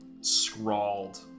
scrawled